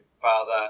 father